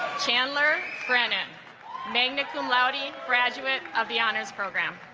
chandler brennan magna cum laude and graduate of the honors program